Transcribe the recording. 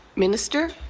minister.